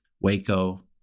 Waco